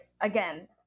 again